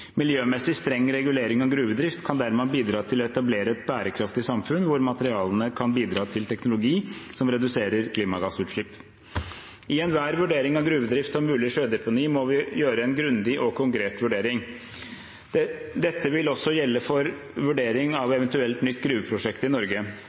Miljømessig streng regulering av gruvedrift kan dermed bidra til å etablere et bærekraftig samfunn hvor materialene kan bidra til teknologi som reduserer klimagassutslipp. I enhver vurdering av gruvedrift og mulig sjødeponi må vi gjøre en grundig og konkret vurdering. Dette vil også gjelde for vurdering av